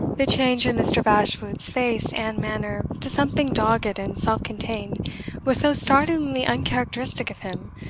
the change in mr. bashwood's face and manner to something dogged and self-contained was so startlingly uncharacteristic of him,